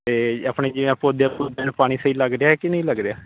ਅਤੇ ਆਪਣੇ ਜਿਵੇਂ ਪੌਦਿਆਂ ਪੂਦਿਆਂ ਨੂੰ ਪਾਣੀ ਸਹੀ ਲੱਗ ਰਿਹਾ ਕਿ ਨਹੀਂ ਲੱਗ ਰਿਹਾ